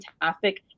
fantastic